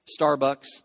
Starbucks